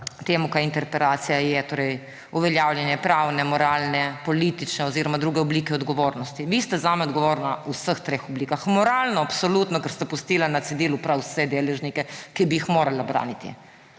tem, kaj interpelacija je − uveljavljanje pravne, moralne, politične oziroma druge oblike odgovornosti. Vi ste zame odgovorni v vseh treh oblikah. Moralno absolutno, ker ste pustili na cedilu prav vse deležnike, ki bi jih morali braniti.